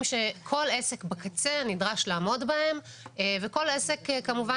שכל עסק בקצה נדרש לעמוד בהם וכל עסק כמובן,